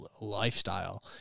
lifestyle